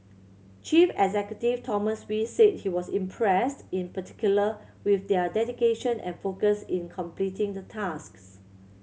chief executive Thomas Wee said he was impressed in particular with their dedication and focus in completing the tasks